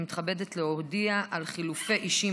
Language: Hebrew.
אני מתכבדת להודיע על חילופי אישים